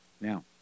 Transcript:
Now